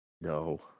no